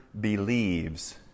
believes